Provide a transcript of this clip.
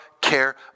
care